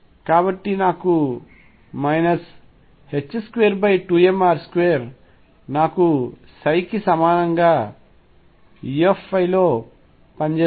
కాబట్టి నాకు 22mr2 నాకు సమానంగా E లో పనిచేస్తోంది